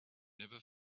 never